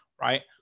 right